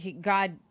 God